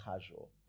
casual